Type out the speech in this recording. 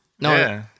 No